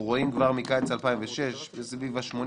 אנחנו רואים כבר מקיץ 2006 סביב ה-89%,